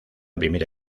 primera